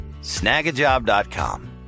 snagajob.com